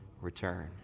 return